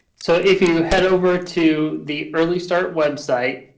so if you head over to the early start website,